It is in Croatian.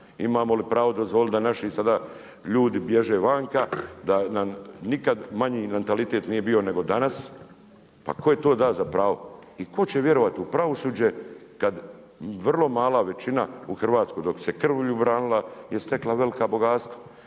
Imamo li pravo dozvoliti da naši sada ljudi bježe vanka, da nam nikad manji mentalitet nije bio nego danas, pa tko je to da za pravo? I tko će vjerovati u pravosuđe kad vrlo mala većina u Hrvatskoj dok se krvlju branila je stekla velika bogatstva.